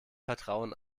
vertrauen